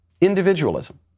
Individualism